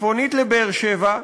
צפונית לבאר-שבע,